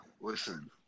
Listen